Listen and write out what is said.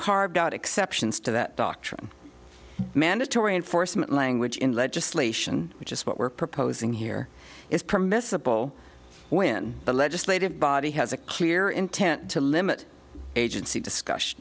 carved out exceptions to that doctrine mandatory enforcement language in legislation which is what we're proposing here is permissible when the legislative body has a clear intent to limit agency discussion